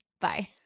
Bye